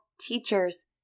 teachers